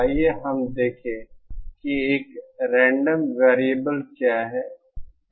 आइए हम देखें कि एक रेंडम वेरिएबल क्या है